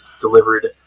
delivered